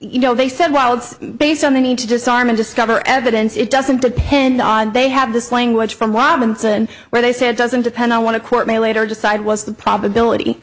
you know they said well it's based on the need to disarm and discover evidence it doesn't depend on they have this language from washington where they said it doesn't depend i want to quote me later decide was the probability